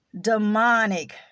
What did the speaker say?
Demonic